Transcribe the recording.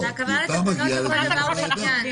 טיוטה מגיעה לדיון בוועדה.